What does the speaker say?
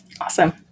Awesome